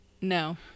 No